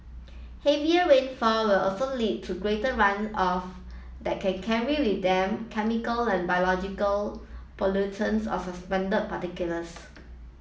heavier rainfall will also lead to greater run off that can carry with them chemical and biological pollutants or suspended particles